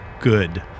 good